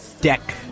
deck